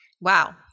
Wow